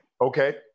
Okay